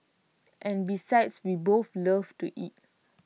and besides we both love to eat